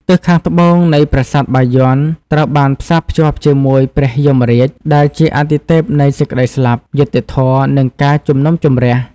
ទិសខាងត្បូងនៃប្រាសាទបាយ័ន ត្រូវបានផ្សារភ្ជាប់ជាមួយ ព្រះយមរាជ ដែលជាអាទិទេពនៃសេចក្តីស្លាប់ យុត្តិធម៌ និងការជំនុំជម្រះ។